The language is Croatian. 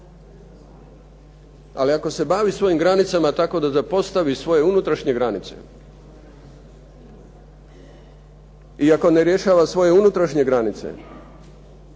Ali ako se bavi svojim granicama, tako da zapostavi svoje unutrašnje granice i ako ne rješava svoje unutrašnje granice,